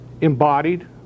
embodied